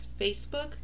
Facebook